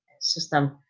system